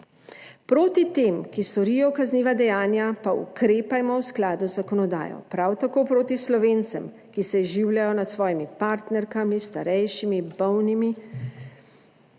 Proti tem, ki storijo kazniva dejanja, pa ukrepajmo v skladu z zakonodajo, prav tako proti Slovencem, ki se izživljajo nad svojimi partnerkami, starejšimi, bolnimi.